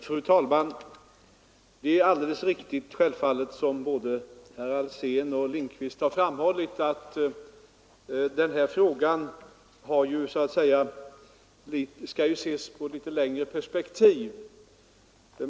Fru talman! Det är självfallet helt riktigt som både herr Alsén och herr Lindkvist har framhållit att den här frågan skall ses i ett längre perspektiv.